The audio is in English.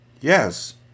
Yes